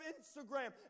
Instagram